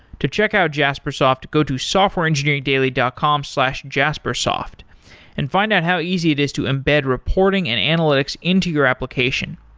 to check out jaspersoft, go to softwareengineeringdaily dot com slash jaspersoft and find out how easy it is to embed reporting and analytics into your application.